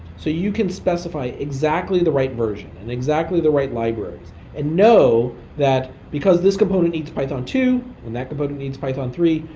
so you can specify exactly the right version and exactly the right libraries and know that because this component needs python two and that component needs python three,